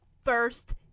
first